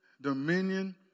dominion